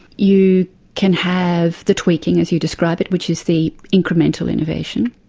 you can have the tweaking, as you describe it, which is the incremental innovation